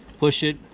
push it,